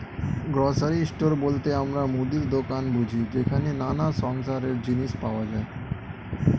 grocery store বলতে আমরা মুদির দোকান বুঝি যেখানে নানা সংসারের জিনিস পাওয়া যায়